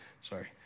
Sorry